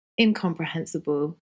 incomprehensible